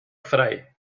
frei